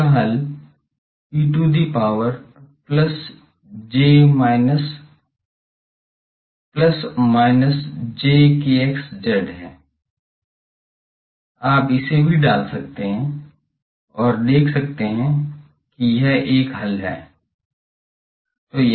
इस का हल E to the power plus minus j kz z है आप इसे भी डाल सकते हैं और देख सकते हैं कि यह एक हल है